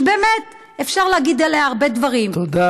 שבאמת, אפשר להגיד עליה הרבה דברים, תודה.